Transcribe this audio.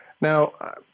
Now